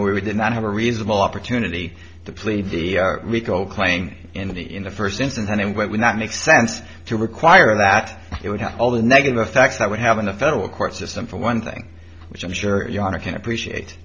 where we did not have a reasonable opportunity to plead the rico claim in the in the first instance and what would not make sense to require that it would have all the negative effects that we have in the federal court system for one thing which i'm sure your honor can appreciate